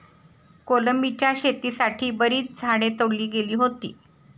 कोलंबीच्या शेतीसाठी बरीच झाडे तोडली गेली होती